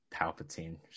Palpatine